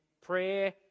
prayer